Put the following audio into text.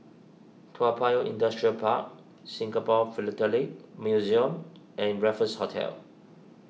Toa Payoh Industrial Park Singapore Philatelic Museum and Raffles Hotel